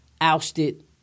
ousted